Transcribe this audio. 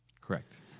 Correct